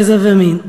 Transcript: גזע ומין.